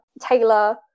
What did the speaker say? Taylor